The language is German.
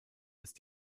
ist